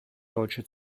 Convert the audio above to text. deutsche